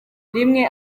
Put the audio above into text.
rimwe